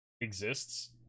exists